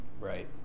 right